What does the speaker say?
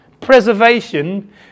preservation